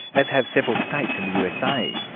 as have several states in the usa.